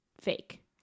fake